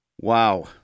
Wow